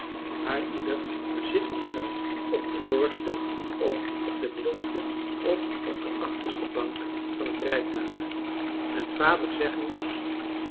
wààr ieder zitten zou op de voorste of op de middelste of op de achterste bank van het rijtuig en vader zeggen moest